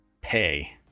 pay